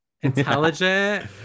Intelligent